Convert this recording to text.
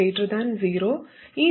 0